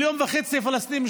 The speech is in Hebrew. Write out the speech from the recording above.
מיליוןו חצי פלסטינים,